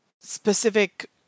specific